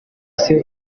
afise